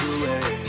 away